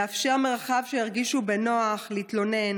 לאפשר מרחב שירגישו בנוח להתלונן,